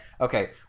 okay